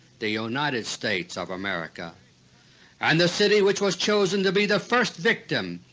the united states of america and the city which was chosen to be the first victim,